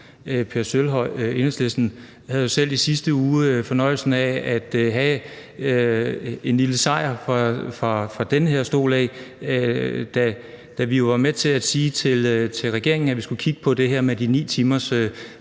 Sølvhøj fra Enhedslisten havde jo selv i sidste uge fornøjelsen af at få en lille sejr, da vi var med til at sige til regeringen, at vi skulle kigge på det her med de 9 timer